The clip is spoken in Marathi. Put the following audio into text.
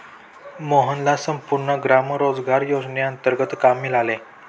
मोहनला संपूर्ण ग्राम रोजगार योजनेंतर्गत काम मिळाले